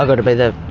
i gotta be the